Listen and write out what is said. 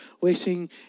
wasting